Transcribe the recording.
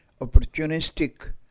opportunistic